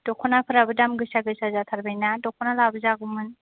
दख'नाफ्राबो दाम गोसा गोसा जाथारबायना दख'ना लाबो जागौमोन